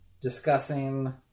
discussing